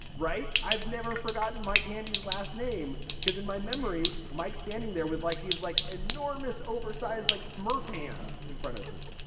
right. i've never forgotten mike handy's last name, because in my memory, mike standing there with like these like enormous oversized, like smurf hands in front of me